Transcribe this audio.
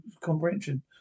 comprehension